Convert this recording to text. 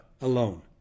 alone